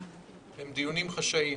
הם דיונים חשאיים,